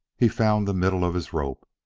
he found the middle of his rope,